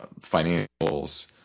financials